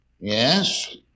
Yes